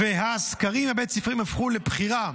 והסקרים הבית ספריים הפכו לבחירה.